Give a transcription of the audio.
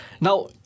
Now